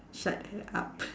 shut her up